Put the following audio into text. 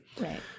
Right